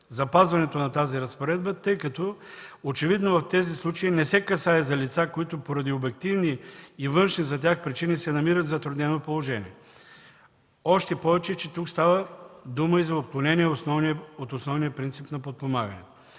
запазването на тази разпоредба, тъй като очевидно в тези случаи не се касае за лица, които поради обективни и външни за тях причини се намират в затруднено положение. Още повече че тук става дума и за отклонение от основния принцип на подпомагане.